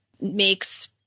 makes